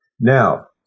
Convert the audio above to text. Now